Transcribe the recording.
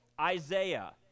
Isaiah